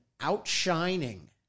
outshining